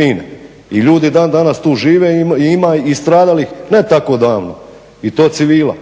mine i ljudi dan danas tu žive, ima i stradalih ne tako davno i to civila.